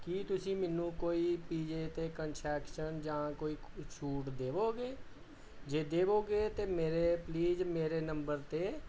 ਕੀ ਤਸੀਂ ਮੈਨੂੰ ਕੋਈ ਪੀਜ਼ੇ 'ਤੇ ਕਨਸ਼ੈਕਸ਼ਨ ਜਾਂ ਕੋਈ ਛੂਟ ਦੇਵੋਗੇ ਜੇ ਦੇਵੋਗੇ ਤਾਂ ਮੇਰੇ ਪਲੀਜ ਮੇਰੇ ਨੰਬਰ 'ਤੇ